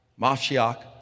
Mashiach